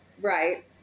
Right